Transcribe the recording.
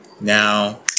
Now